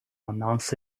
announce